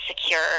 secure